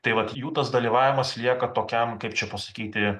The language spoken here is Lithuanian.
tai vat jų tas dalyvavimas lieka tokiam kaip čia pasakyti